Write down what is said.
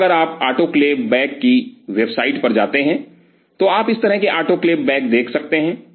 और अगर आप आटोक्लेव बैग की वेबसाइट पर जाते हैं आप इस तरह के आटोक्लेव बैग देख सकते हैं